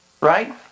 right